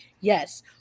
yes